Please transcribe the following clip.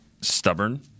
stubborn